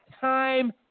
time